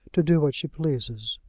to do what she pleases.